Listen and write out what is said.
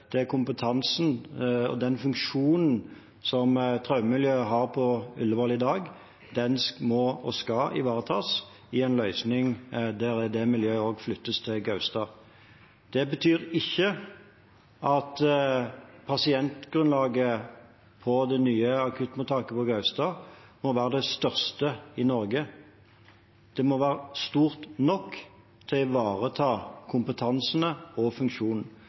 kompetansen og den funksjonen som traumemiljøet har på Ullevål i dag, må og skal ivaretas også i en løsning der det miljøet flyttes til Gaustad. Det betyr ikke at pasientgrunnlaget på det nye akuttmottaket på Gaustad må være det største i Norge. Det må være stort nok til å ivareta kompetansen og funksjonen.